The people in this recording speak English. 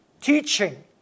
teaching